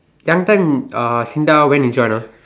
young time uh SINDA when you join ah